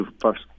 first